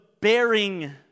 bearing